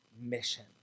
mission